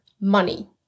Money